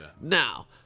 Now